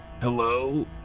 Hello